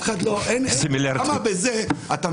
אחד לא למה בזה --- על מה אתה מדבר?